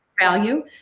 value